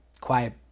quiet